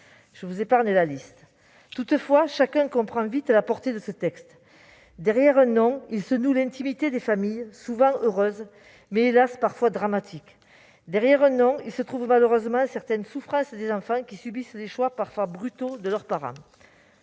Je vous en épargne la liste. Toutefois, chacun comprend vite la portée de ce texte. Derrière un nom, se noue l'intimité des familles, souvent heureuse, mais, parfois, hélas ! dramatique. Derrière un nom, se retrouvent malheureusement certaines souffrances des enfants qui subissent les choix parfois brutaux de leurs parents